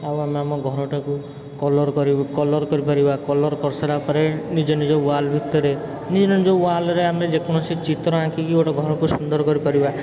ଆଉ ଆମେ ଆମ ଘରଟାକୁ କଲର୍ କଲର୍ କରି କଲର୍ କରିସାରିବା ପରେ ନିଜ ନିଜ ୱାଲ୍ ଭିତରେ ନିଜ ନିଜ ୱାଲ୍ରେ ଯେକୌଣସି ଚିତ୍ର ଆଙ୍କିକି ଗୋଟେ ଘରକୁ ସୁନ୍ଦର କରିପାରିବା